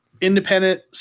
independent